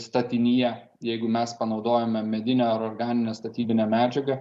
statinyje jeigu mes panaudojome medinę ar organinę statybinę medžiagą